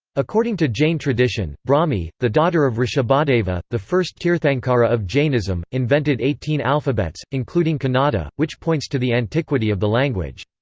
according to jain tradition, brahmi, the daughter of rishabhadeva, the first tirthankara of jainism, invented eighteen alphabets, including kannada, which points to the antiquity of the language.